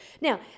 Now